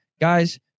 Guys